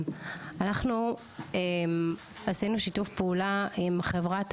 אנחנו עשינו שיתוף פעולה עם חברת ענן,